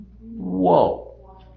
Whoa